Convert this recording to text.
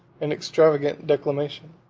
and extravagant declamation.